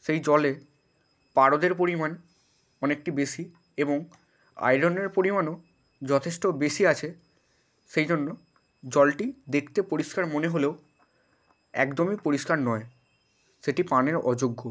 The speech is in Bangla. সেই জলে পারদের পরিমাণ অনেকটা বেশি এবং আয়রনের পরিমাণও যথেষ্ট বেশি আছে সেই জন্য জলটি দেখতে পরিষ্কার মনে হলেও একদমই পরিষ্কার নয় সেটি পানের অযোগ্য